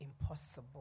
impossible